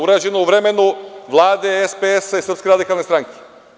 Urađeno je u vremenu Vlade SPS-a i Srpske radikalne stranke.